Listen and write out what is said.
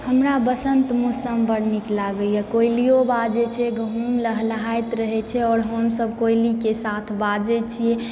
हमरा बसंत मौसम बड्ड नीक लागैए कोइलिओ बाजैत छै गहुम लहलहैत रहैत छै आओर हमसभ कोइलीके साथ बाजैत छियै